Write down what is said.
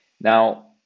Now